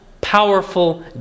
powerful